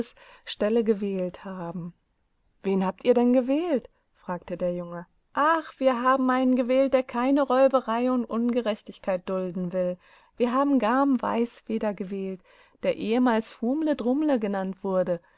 stelle gewählt haben wen habt ihr denn gewählt fragte der junge ach wir haben einen gewählt der keine räuberei und ungerechtigkeit dulden will wir haben garm weißfeder gewählt der ehemals fumle drumle genannt wurde